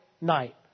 night